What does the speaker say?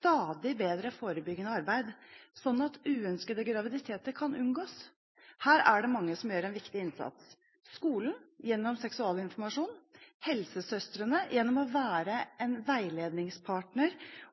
stadig bedre forebyggende arbeid, sånn at uønskede graviditeter kan unngås. Her er det mange som gjør en viktig innsats: skolen gjennom seksualinformasjon, helsesøstrene gjennom å være en veilednings-